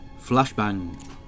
Flashbang